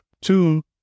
Two